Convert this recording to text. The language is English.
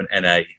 NA